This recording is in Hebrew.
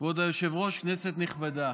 כבוד היושב-ראש, כנסת נכבדה,